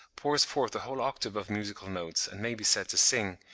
pours forth a whole octave of musical notes and may be said to sing,